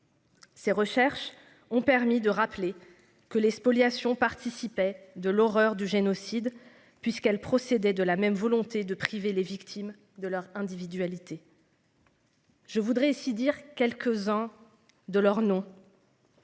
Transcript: Ces recherches ont permis de rappeler que les spoliations participait de l'horreur du génocide puisqu'elle procédait de la même volonté de priver les victimes de leur individualité. Je voudrais si dire quelques-uns de leurs noms.